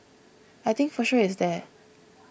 I think for sure it's there